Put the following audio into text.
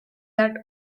that